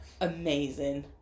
amazing